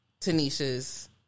Tanisha's